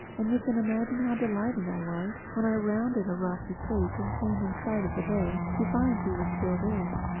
and you can imagine how delighted i was, when i rounded a rocky cape and came in sight of the bay, to find he was still there.